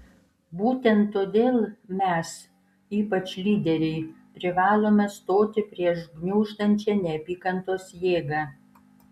būtent todėl mes ypač lyderiai privalome stoti prieš gniuždančią neapykantos jėgą